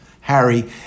Harry